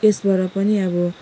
यसबाट पनि अब